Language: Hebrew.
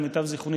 למיטב זיכרוני,